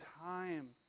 time